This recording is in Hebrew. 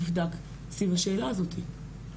נבדק סביב השאלה הזאת.